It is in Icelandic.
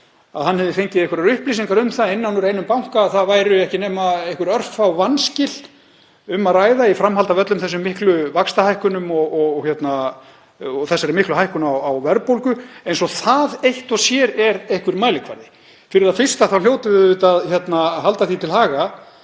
að hann hefði fengið einhverjar upplýsingar um það innan úr einum banka að ekki væri um nema einhver örfá vanskil að ræða í framhaldi af öllum þessum miklu vaxtahækkunum og þessari miklu hækkun á verðbólgu, eins og það eitt og sér sé einhver mælikvarði. Fyrir það fyrsta hljótum við auðvitað að halda því til haga